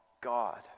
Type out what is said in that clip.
God